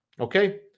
Okay